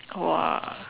!wah!